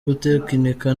gutekinika